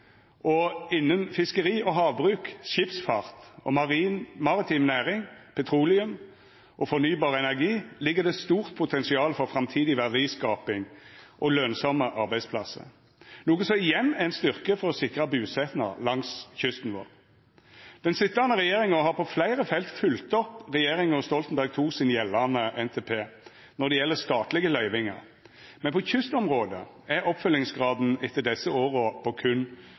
framtida. Innan fiskeri og havbruk, skipsfart og maritim næring, petroleum og fornybar energi ligg det eit stort potensial for framtidig verdiskaping og lønsame arbeidsplassar, noko som igjen er ein styrke for å sikra busetnad langs kysten vår. Den sitjande regjeringa har på fleire felt følgt opp regjeringa Stoltenberg II sin gjeldande NTP når det gjeld statlege løyvingar, men på kystområdet er oppfølgingsgraden etter desse åra på